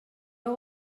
heu